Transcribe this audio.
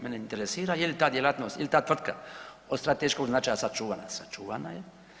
Mene interesira je li ta djelatnost ili ta tvrtka od strateškog značaja sačuvana, sačuvana je.